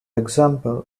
example